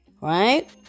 right